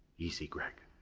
easy gregg,